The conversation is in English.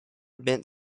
bint